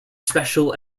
special